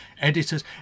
editors